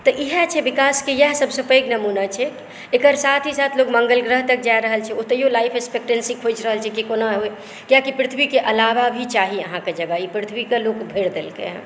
तऽ इहा छै विकासकेँ इयाह सभसँ पैघ नमुना छै एकर साथ ही साथ लोक मङ्गलग्रह तक जा रहल छै ओतय लाइफ एक्सपेंटेन्सी खोजि रहल छै कि कोना होइ कियाकि पृथ्वीकेँ अलावा भी चाही अहाँकेँ जगह ई पृथ्वीकेँ लोक भरि देलकै हँ